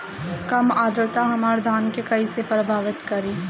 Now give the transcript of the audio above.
कम आद्रता हमार धान के कइसे प्रभावित करी?